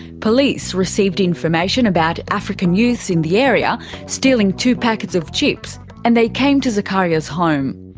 police received information about african youths in the area stealing two packets of chips and they came to zacharia's home.